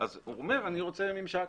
אז הוא אומר שהוא רוצה ממשק.